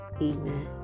amen